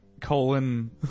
colon